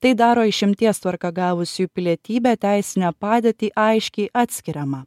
tai daro išimties tvarka gavusiųjų pilietybę teisinę padėtį aiškiai atskiriamą